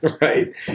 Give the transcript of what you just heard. Right